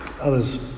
Others